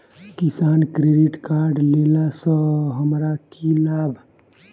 किसान credit card लेला सऽ हमरा की लाभ?